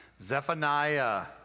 Zephaniah